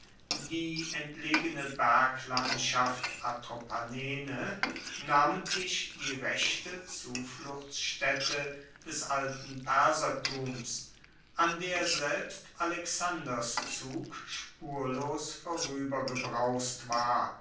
die entlegene berglandschaft atropatene namentlich die rechte zufluchtsstaette des alten persertums an der selbst alexanders zug spurlos voruebergebraust war